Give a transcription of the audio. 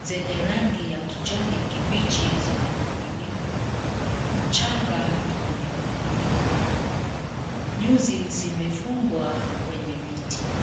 zenye rangi ya kijani kibichi zimenawiri. Mchanga ni mwenye madini. Nyuzi zimefungwa kwenye miti.